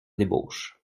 débauche